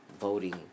voting